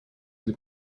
для